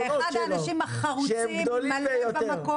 הוא אחד האנשים החרוצים שהיו במקום,